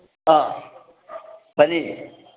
ꯑ ꯐꯅꯤ